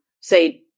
say